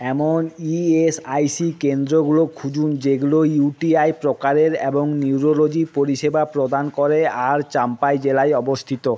এমন E S I C কেন্দ্রগুলো খুঁজুন যেগুলো ইউ টি আই প্রকারের এবং নিউরোলজি পরিষেবা প্রদান করে আর চাম্পাই জেলায় অবস্থিত